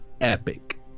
epic